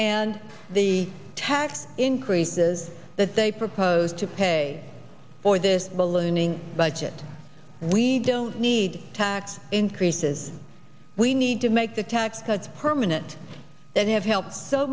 and the tax increases that they propose to pay for this ballooning budget we don't need tax increases we need to make the tax cuts permanent that have helped so